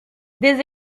des